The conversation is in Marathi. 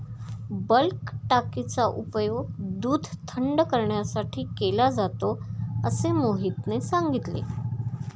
बल्क टाकीचा उपयोग दूध थंड करण्यासाठी केला जातो असे मोहितने सांगितले